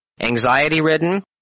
anxiety-ridden